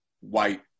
white